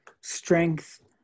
strength